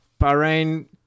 Bahrain